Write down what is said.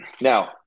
now